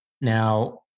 Now